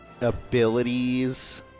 abilities